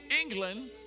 England